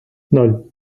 ноль